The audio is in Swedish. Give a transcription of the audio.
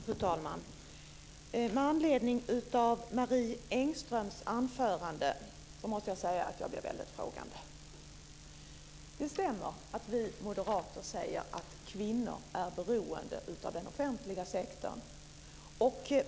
Fru talman! Med anledning av Marie Engströms anförande måste jag säga att jag blir väldigt frågande. Det stämmer att vi moderater säger att kvinnor är beroende av den offentliga sektorn.